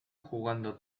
jugando